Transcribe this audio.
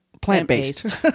plant-based